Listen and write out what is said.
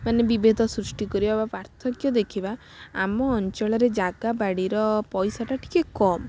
ମାନେ ବିଭେଦ ସୃଷ୍ଟି କରିବା ବା ପାର୍ଥକ୍ୟ ଦେଖିବା ଆମ ଅଞ୍ଚଳରେ ଜାଗା ବାଡ଼ିର ପଇସାଟା ଟିକେ କମ୍